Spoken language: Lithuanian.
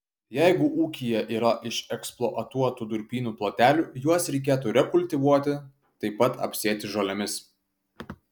jeigu ūkyje yra išeksploatuotų durpynų plotelių juos reikėtų rekultivuoti taip pat apsėti žolėmis